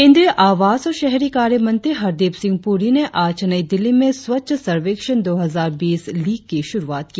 केंद्रीय आवास और शहरी कार्य मंत्री हरदीप सिंह पुरी ने आज नई दिल्ली में स्वच्छ सर्वेक्षण दो हजार बीस लीग की श्रुआत की